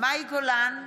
מאי גולן,